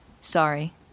Sorry